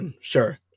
sure